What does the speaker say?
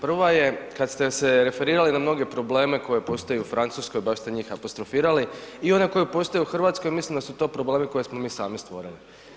Prva je kad ste se referirali na mnoge probleme koji postoje u Francuskoj baš ste njih apostrofirali i one koji postoje u Hrvatskoj, mislim da su to problemi koje smo mi sami stvorili.